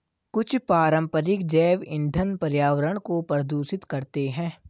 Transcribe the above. कुछ पारंपरिक जैव ईंधन पर्यावरण को प्रदूषित करते हैं